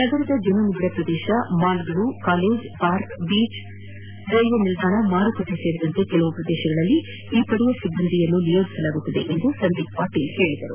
ನಗರದ ಜನನಿಬಿಡ ಪ್ರದೇಶ ಮಾಲ್ ಕಾಲೇಜ್ ಪಾರ್ಕ್ ಬೀಚ್ ರೈಲು ನಿಲ್ದಾಣ ಮಾರುಕಟ್ಟೆ ಸೇರಿದಂತೆ ಕೆಲವು ಪ್ರದೇಶಗಳಲ್ಲಿ ಈ ಪಡೆಯ ಸಿಬ್ಬಂದಿಯನ್ನು ನಿಯೋಜಿಸಲಾಗುವುದು ಎಂದು ಸಂದೀಪ್ ಪಾಟೀಲ್ ಹೇಳಿದರು